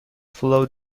follow